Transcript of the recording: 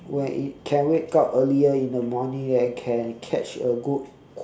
when it can wake up earlier in the morning and can catch a good